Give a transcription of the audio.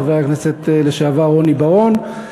חבר הכנסת לשעבר רוני בר-און,